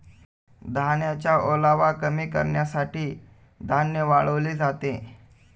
धान्याचा ओलावा कमी करण्यासाठी धान्य वाळवले जाते